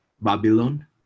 Babylon